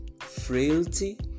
frailty